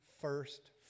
first